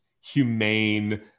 humane